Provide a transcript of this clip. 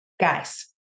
Guys